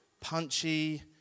punchy